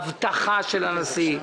אבטחה של הנשיא,